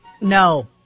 No